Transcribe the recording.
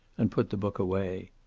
and put the book away.